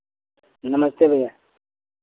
नमस्ते भैया